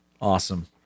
awesome